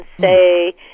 say